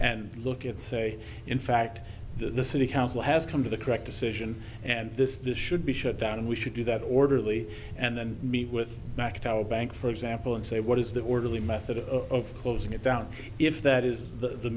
and look at say in fact the city council has come to the correct decision and this should be shut down and we should do that orderly and then meet with market our bank for example and say what is the orderly method of closing it down if that is the